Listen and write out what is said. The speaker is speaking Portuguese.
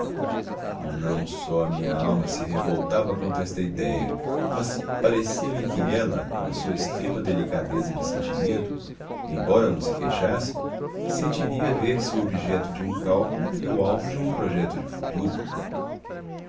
não só a minha alma se revoltava contra esta idéia mas parecia-me que ela com a sua extrema delicadeza de sentimento embora não se queixasse sentiria ver-se o objeto de um cálculo e o alvo de um projeto de futuro